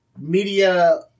media